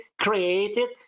created